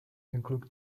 include